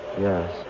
Yes